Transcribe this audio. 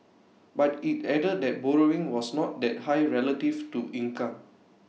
but IT added that borrowing was not that high relative to income